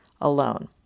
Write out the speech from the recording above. alone